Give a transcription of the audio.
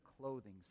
clothing